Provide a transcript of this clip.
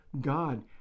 God